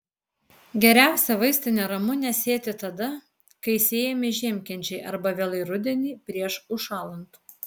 geriausia vaistinę ramunę sėti tada kai sėjami žiemkenčiai arba vėlai rudenį prieš užšąlant